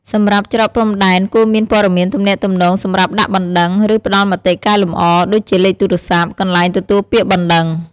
សម្រាប់ច្រកព្រំដែនគួរមានព័ត៌មានទំនាក់ទំនងសម្រាប់ដាក់បណ្តឹង ឬផ្តល់មតិកែលម្អ ដូចជាលេខទូរស័ព្ទ កន្លែងទទួលពាក្យបណ្តឹង។